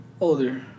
Older